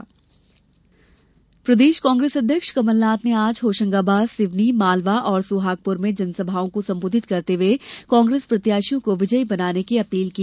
कांग्रेस प्रचार प्रदेश कांग्रेस अध्यक्ष कमलनाथ ने आज होशंगाबाद सिवनी मालवा और सोहागपुर में जनसभाओं को संबोधित करते हुए कांग्रेस प्रत्याशियों को विजयी बनाने की अपील की